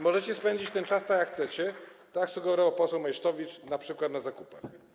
Możecie spędzić ten czas tak, jak chcecie, jak sugerował poseł Meysztowicz, np. na zakupach.